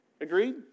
Agreed